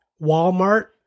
Walmart